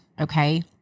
Okay